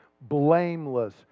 blameless